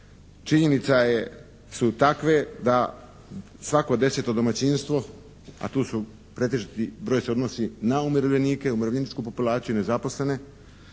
Činjenice su takve da svako 10-to domaćinstvo, a tu su pretežiti koji se odnosi na umirovljenike, umirovljeničku populaciju, nezaposlene,